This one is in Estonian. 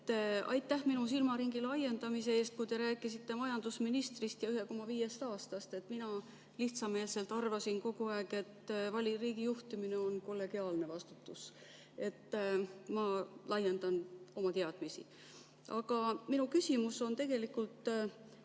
Aitäh minu silmaringi laiendamise eest, kui te rääkisite majandusministrist ja 1,5 aastast! Mina lihtsameelselt arvasin kogu aeg, et riigi juhtimine on kollegiaalne vastutus. Ma nüüd laiendan oma teadmisi. Aga minu küsimus on tegelikult